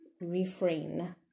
refrain